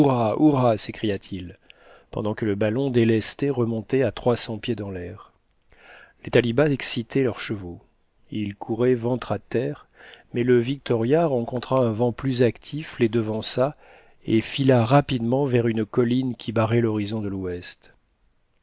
hourra s'écria-t-il pendant que le ballon délesté remontait à trois cents pieds dans l'air les talibas excitaient leurs chevaux ils couraient ventre à terre mais le victoria rencontrant un vent plus actif les devança et fila rapidement vers une colline qui barrait l'horizon de l'ouest